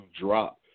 drop